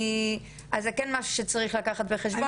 אז זה כן משהו שצריך לקחת בחשבון,